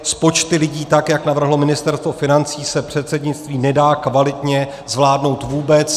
S počty lidí, tak jak navrhlo Ministerstvo financí, se předsednictví nedá kvalitně zvládnout vůbec.